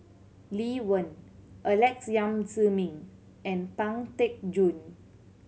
Lee Wen Alex Yam Ziming and Pang Teck Joon